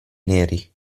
neri